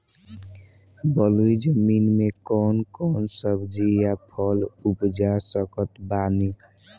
बलुई जमीन मे कौन कौन सब्जी या फल उपजा सकत बानी?